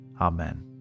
Amen